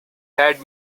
had